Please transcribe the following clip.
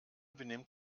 benimmt